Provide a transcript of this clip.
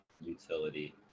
utility